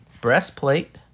breastplate